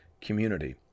community